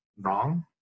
wrong